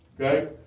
okay